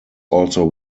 also